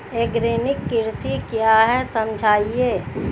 Organic कृषि क्या है समझाइए?